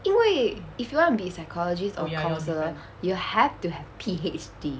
因为 if you wanna be psychologist or counsellor you have to have PhD